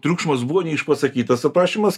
triukšmas buvo neišpasakytas aprašymas